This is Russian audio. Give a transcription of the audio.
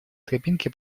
тропинке